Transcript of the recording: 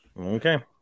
Okay